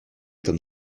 comme